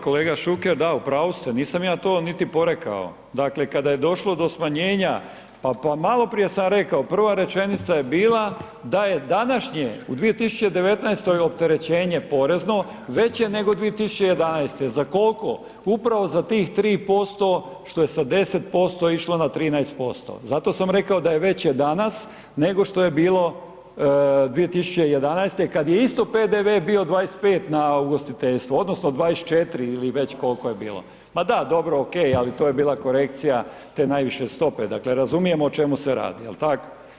Kolega Šuker, da, u pravu ste, nisam ja to niti porekao, dakle kada je došlo do smanjenja, pa maloprije sam rekao, prva rečenica je bila da je današnje u 2019. opterećenje porezno veće nego 2011., za koliko, upravo za tih 3% što je sa 10% išlo na 13%, zato sam rekao da je veće danas nego što j bilo 2011. kad je isto PDV bio na ugostiteljstvo odnosno 24 ili već koliko je bilo. … [[Upadica sa strane, ne razumije se.]] Ma da, dobro, ok ali to je bila korekcija te najviše stope, dakle razumijemo o čemu se radi, jel' tako?